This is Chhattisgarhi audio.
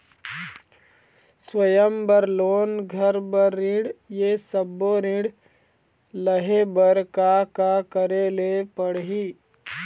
स्वयं बर लोन, घर बर ऋण, ये सब्बो ऋण लहे बर का का करे ले पड़ही?